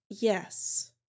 Yes